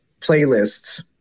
playlists